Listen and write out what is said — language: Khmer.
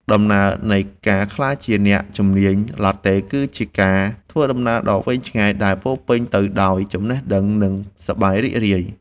ដំណើរនៃការក្លាយជាអ្នកជំនាញសិល្បៈឡាតេ គឺជាការធ្វើដំណើរដ៏វែងឆ្ងាយដែលពោរពេញទៅដោយចំណេះដឹង និងសប្បាយរីករាយ។